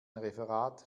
referat